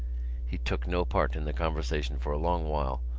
he took no part in the conversation for a long while,